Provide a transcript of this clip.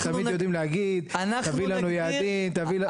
תמיד יודעים להגיד תביאו לנו יעדים ופתאום הם הלכו.